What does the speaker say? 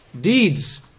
Deeds